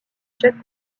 chaque